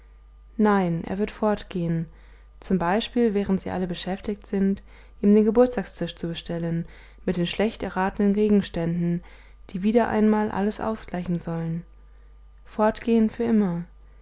nein er wird fortgehen zum beispiel während sie alle beschäftigt sind ihm den geburtstagstisch zu bestellen mit den schlecht erratenen gegenständen die wieder einmal alles ausgleichen sollen fortgehen für immer